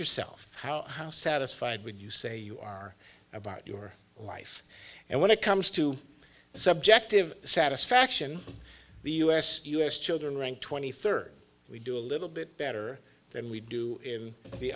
yourself how how satisfied would you say you are about your life and when it comes to subjective satisfaction the u s u s children ranked twenty third we do a little bit better than we do in the